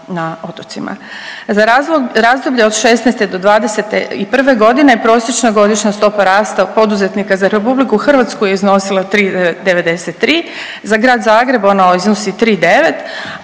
na otocima. Za razdoblje '16.-'21. g. prosječna godišnja stopa rasta poduzetnika za RH je iznosila 3,93, za Grad Zagreb ona iznosi 3,9%